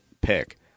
pick